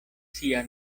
sia